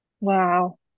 Wow